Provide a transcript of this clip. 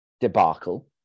debacle